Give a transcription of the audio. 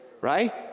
Right